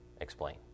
explain